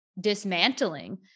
dismantling